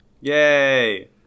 Yay